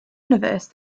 universe